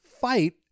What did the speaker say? fight